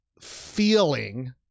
feeling